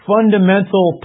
fundamental